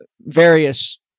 various